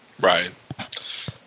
Right